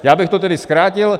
Já bych to tedy zkrátil.